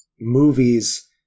movies